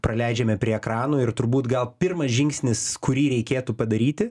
praleidžiame prie ekranų ir turbūt gal pirmas žingsnis kurį reikėtų padaryti